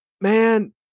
Man